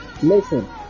Listen